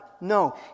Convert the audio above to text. No